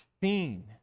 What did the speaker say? seen